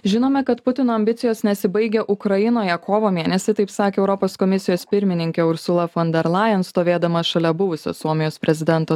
žinome kad putino ambicijos nesibaigia ukrainoje kovo mėnesį taip sakė europos komisijos pirmininkė ursula fon der laien stovėdama šalia buvusio suomijos prezidento